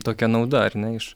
tokia nauda ar ne iš